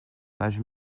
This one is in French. page